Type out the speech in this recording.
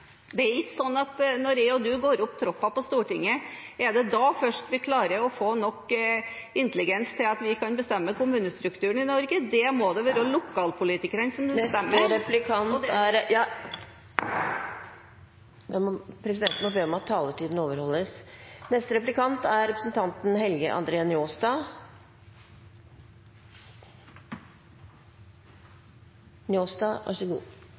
Det er ikke slik at først når du og jeg går opp trappa på Stortinget, klarer vi å få nok intelligens til å bestemme kommunestrukturen i Norge. Det må det være lokalpolitikerne som bestemmer og … Presidenten ber om at taletiden overholdes. Innlegget til representanten